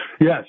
Yes